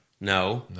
No